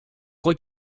crois